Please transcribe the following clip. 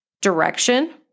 direction